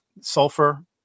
sulfur